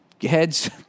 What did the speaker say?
heads